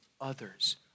others